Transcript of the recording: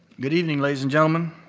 good evening, ladies and gentlemen.